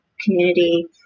community